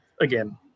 Again